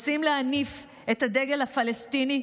רוצים להניף את הדגל הפלסטיני?